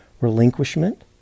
Relinquishment